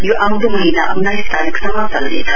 यो आउँदो महीना अन्नाइस तारीकसम्म चल्नेछ